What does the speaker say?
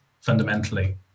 fundamentally